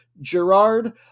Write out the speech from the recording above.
Gerard